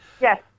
Yes